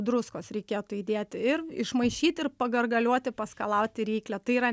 druskos reikėtų įdėti ir išmaišyt ir pagargaliuoti paskalauti ryklę tai yra